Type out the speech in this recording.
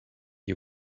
you